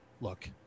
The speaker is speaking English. look